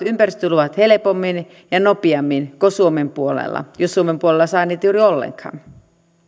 ympäristöluvat helpommin ja nopeammin kuin suomen puolella jos suomen puolella saa niitä juuri ollenkaan